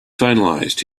finalized